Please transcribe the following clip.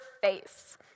face